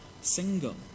single